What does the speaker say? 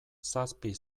zazpi